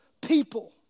people